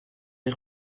des